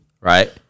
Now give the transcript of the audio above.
right